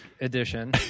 edition